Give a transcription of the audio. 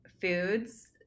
foods